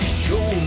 show